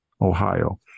Ohio